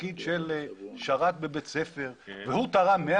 לתפקיד של שרת בבית הספר והוא תרם 100